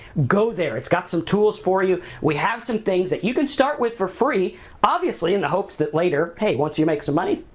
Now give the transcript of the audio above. go there, it's got some tools for you. we have some things that you can start with for free obviously in the hopes that later, hey, once you make some money,